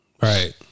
Right